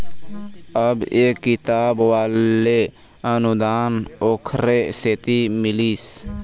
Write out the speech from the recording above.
अब ये किताब वाले अनुदान ओखरे सेती मिलिस